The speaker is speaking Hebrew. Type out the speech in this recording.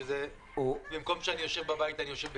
כאשר במקום לשבת בבית אני יושב בצימר?